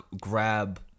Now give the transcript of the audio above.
grab